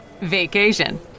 Vacation